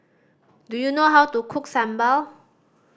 do you know how to cook sambal